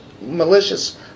malicious